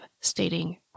stating